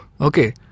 Okay